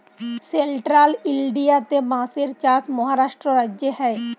central ইলডিয়াতে বাঁশের চাষ মহারাষ্ট্র রাজ্যে হ্যয়